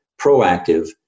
proactive